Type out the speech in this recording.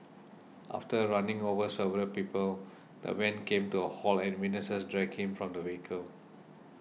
after running over several people the van came to a halt and witnesses dragged him from the vehicle